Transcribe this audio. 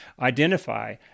identify